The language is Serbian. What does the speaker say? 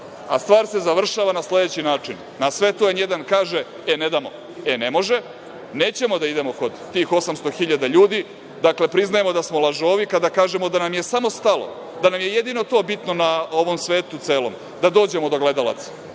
Stvar se završava na sledeći način, na sve to „N1“ kaže – e, ne damo, e, ne može, nećemo da idemo kod tih 800.000 ljudi, dakle, priznajemo da smo lažovi kada kažemo da nam je samo stalo, da nam je jedino to samo bitno na ovom svetu celom, da dođemo do gledalaca,